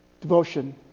devotion